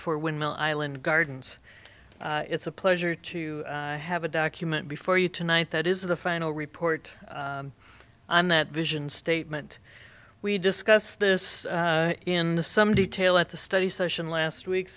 for windmill island gardens it's a pleasure to have a document before you tonight that is the final report and that vision statement we discussed this in some detail at the study session last week